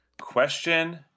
Question